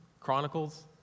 Chronicles